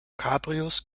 cabrios